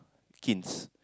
kins